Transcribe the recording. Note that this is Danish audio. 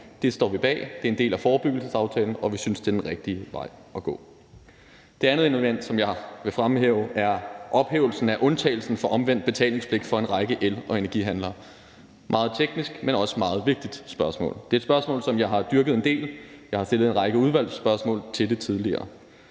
Det står vi bag. Det er en del af forebyggelsesaftalen, og vi synes, det er den rigtige vej at gå. Det andet element, som jeg vil fremhæve, er ophævelsen af undtagelsen for omvendt betalingspligt for en række el- og energihandler. Det er et meget teknisk, men også meget vigtigt spørgsmål. Det er et spørgsmål, som jeg har dyrket en del. Jeg har stillet en række udvalgsspørgsmål til det tidligere.